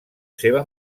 seva